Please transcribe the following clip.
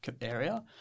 area